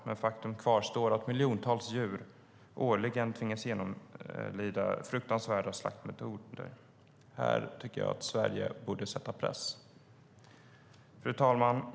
Men faktum kvarstår att miljontals djur årligen tvingas genomlida fruktansvärda slaktmetoder. Här tycker jag att Sverige borde sätta press. Fru talman!